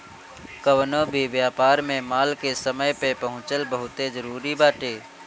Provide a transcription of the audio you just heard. कवनो भी व्यापार में माल के समय पे पहुंचल बहुते जरुरी बाटे